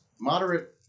moderate